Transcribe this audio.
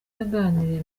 yaganiriye